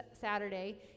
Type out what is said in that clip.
Saturday